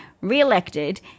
re-elected